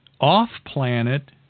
off-planet